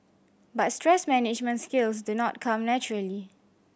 but stress management skills do not come naturally